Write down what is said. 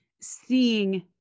seeing